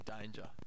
danger